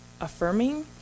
affirming